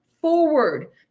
forward